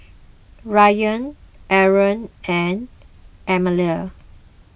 Ryan Aaron and Aminah